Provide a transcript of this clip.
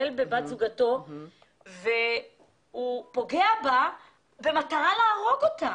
בבת זוגו ופוגע בה במטרה להרוג אותה.